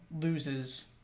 loses